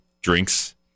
drinks